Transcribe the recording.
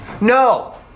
No